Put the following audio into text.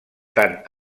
tant